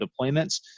deployments